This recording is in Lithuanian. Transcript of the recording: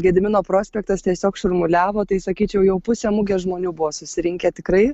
gedimino prospektas tiesiog šurmuliavo tai sakyčiau jau pusę mugės žmonių buvo susirinkę tikrai